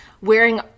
wearing